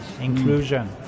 inclusion